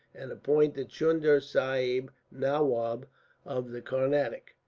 and appointed chunda sahib nawab of the carnatic.